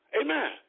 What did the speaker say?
Amen